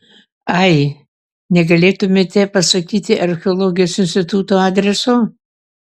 ai negalėtumėte pasakyti archeologijos instituto adreso